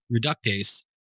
reductase